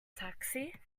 taxi